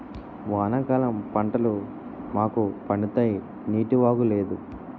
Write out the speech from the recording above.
వానాకాలం పంటలు మాకు పండుతాయి నీటివాగు లేదు